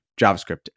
javascript